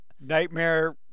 Nightmare